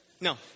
no